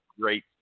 great